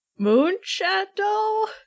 Moonshadow